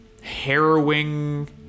harrowing